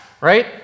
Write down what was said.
Right